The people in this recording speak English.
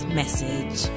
message